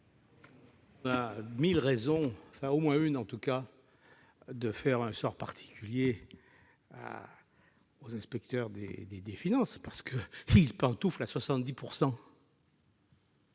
y a mille raisons, au moins une en tout cas, de faire un sort particulier aux inspecteurs des finances : ils pantouflent à 70